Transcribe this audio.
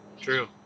True